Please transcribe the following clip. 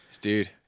Dude